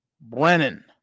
Brennan